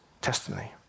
testimony